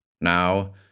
Now